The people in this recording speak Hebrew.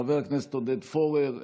חבר הכנסת עודד פורר,